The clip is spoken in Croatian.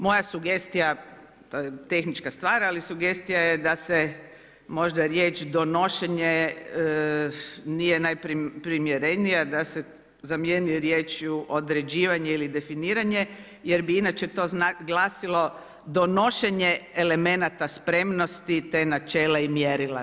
Moja sugestija, tehnička stvar, ali sugestija je da se možda riječ donošenje, nije najprimjerenije, da se zamijeni riječju određivanje ili definiranje, jer bi inače to glasilo, donošenje elementa spremnosti te načela i mjerila.